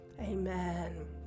amen